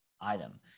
item